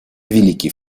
великий